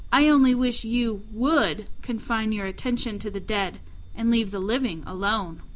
i only wish you would confine your attention to the dead and leave the living alone.